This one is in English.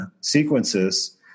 sequences